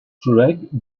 craig